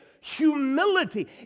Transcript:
humility